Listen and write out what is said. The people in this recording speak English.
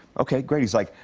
okay, great. he's like,